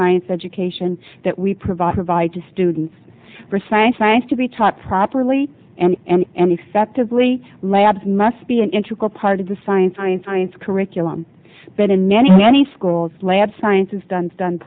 science education that we provide provide to students for science science to be taught properly and and effectively labs must be an integral part of the science science science curriculum but in many many schools lab science is done